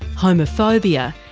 homophobia,